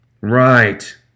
Right